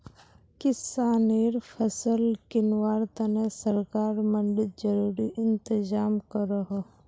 किस्सानेर फसल किंवार तने सरकार मंडित ज़रूरी इंतज़ाम करोह